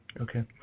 Okay